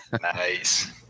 Nice